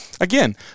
Again